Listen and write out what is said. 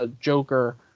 Joker